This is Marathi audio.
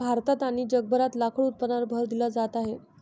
भारतात आणि जगभरात लाकूड उत्पादनावर भर दिला जात आहे